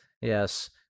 Yes